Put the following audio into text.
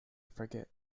forget